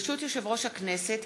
ברשות יושב-ראש הכנסת,